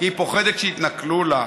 כי היא פוחדת שיתנכלו לה.